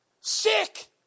Sick